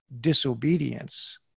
disobedience